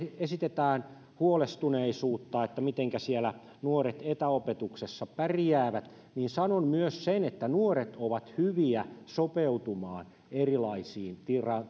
esitetään huolestuneisuutta että mitenkä nuoret siellä etäopetuksessa pärjäävät niin sanon myös sen että nuoret ovat hyviä sopeutumaan erilaisiin